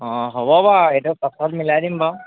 অঁ হ'ব বাৰু এইটো পাছত মিলাই দিম বাৰু